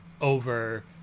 over